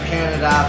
Canada